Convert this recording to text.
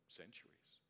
centuries